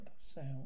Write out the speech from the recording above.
sound